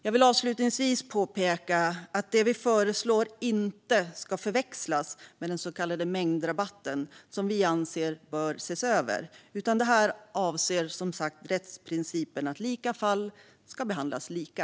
Jag vill avslutningsvis påpeka att det vi föreslår inte ska förväxlas med den så kallade mängdrabatten, som vi anser bör ses över, utan det här avser rättsprincipen att lika fall ska behandlas lika.